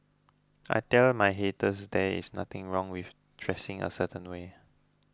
I tell my haters there is nothing wrong with dressing a certain way